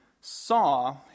saw